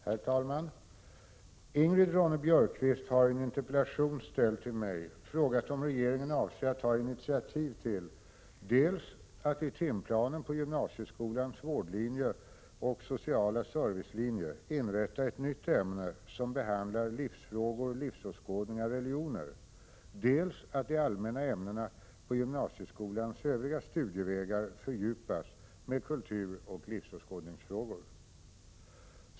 Herr talman! Ingrid Ronne-Björkqvist har i en interpellation ställd till mig frågat om regeringen avser att ta initiativ till dels att i timplanen på gymnasieskolans vårdlinje och sociala servicelinje inrätta ett nytt ämne som behandlar livsfrågor religioner, dels att de allmänna ämnena på gymnasieskolans övriga studievägar fördjupas med kulturoch livsåskådningsfrågor.